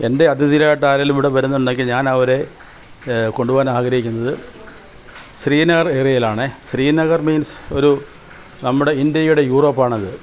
എൻ്റെ അതിഥികളായിട്ട് ആരെങ്കിലും ഇവിടെ വരുന്നുണ്ടെങ്കിൽ ഞാൻ അവരെ കൊണ്ടുപോകാൻ ആഗ്രഹിക്കുന്നത് ശ്രീനഗർ ഏരിയയിലാണേ ശ്രീനഗർ മീൻസ് ഒരു നമ്മുടെ ഇന്ത്യയുടെ യൂറോപ്പ് ആണത്